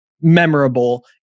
memorable